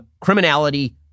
criminality